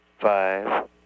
five